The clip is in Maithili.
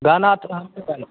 गाना तऽ